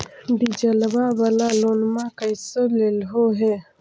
डीजलवा वाला लोनवा कैसे लेलहो हे?